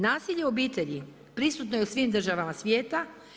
Nasilje u obitelji prisutno je u svim državama svijeta.